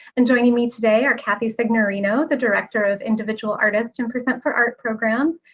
and joining me today are kathy signorino, the director of individual artist and percent for art programs,